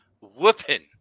whooping